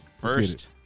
First